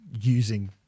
using